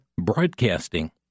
broadcasting